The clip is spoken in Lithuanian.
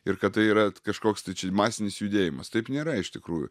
ir kad tai yra kažkoks tai čia masinis judėjimas taip nėra iš tikrųjų